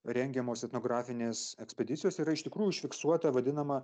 rengiamos etnografinės ekspedicijos yra iš tikrųjų užfiksuota vadinama